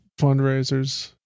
fundraisers